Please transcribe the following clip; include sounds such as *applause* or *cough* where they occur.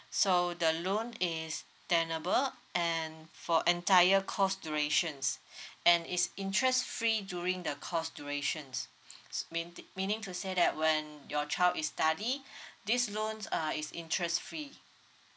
so the loan is tenable and for entire course durations *breath* and is interest free during the course durations *breath* mean~ meaning to say that when your child is study *breath* this loans uh is interest free